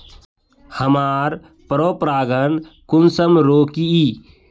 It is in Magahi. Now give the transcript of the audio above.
हमार पोरपरागण कुंसम रोकीई?